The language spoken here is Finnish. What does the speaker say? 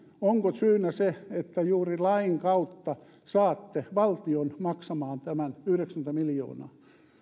onko syynä se että juuri lain kautta saatte valtion maksamaan tämän yhdeksänkymmentä miljoonaa